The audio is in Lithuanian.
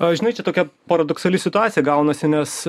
a žinai čia tokia paradoksali situacija gaunasi nes